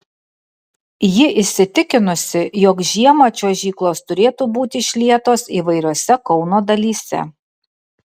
ji įsitikinusi jog žiemą čiuožyklos turėtų būti išlietos įvairiose kauno dalyse